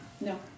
No